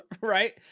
right